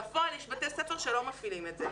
בפועל יש בתי ספר שלא מפעילים את זה.